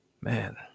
Man